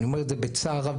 ואני אומר את זה בצער רב,